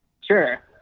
Sure